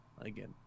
again